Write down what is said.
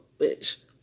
bitch